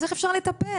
אז איך אפשר לטפל?